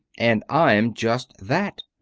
and i'm just that.